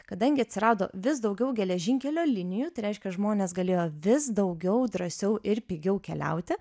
kadangi atsirado vis daugiau geležinkelio linijų tai reiškia žmonės galėjo vis daugiau drąsiau ir pigiau keliauti